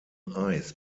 eis